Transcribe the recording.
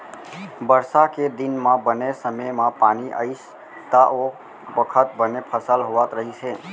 बरसा के दिन म बने समे म पानी आइस त ओ बखत बने फसल होवत रहिस हे